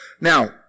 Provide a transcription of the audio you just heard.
Now